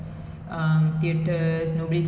cinema oh love பன்ரவங்க:panravanga